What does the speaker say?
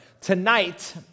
Tonight